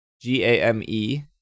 G-A-M-E